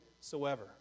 soever